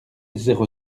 zéro